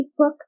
Facebook